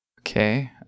Okay